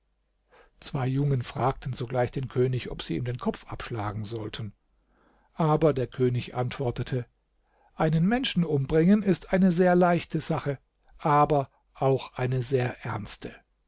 zwei jungen fragten sogleich den könig ob sie ihm den kopf abschlagen sollten aber der könig antwortete einen menschen umbringen ist eine sehr leichte sache aber auch eine sehr ernste